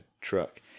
truck